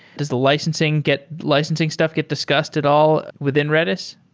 does the licensing get licensing stuff get discussed at all within redis?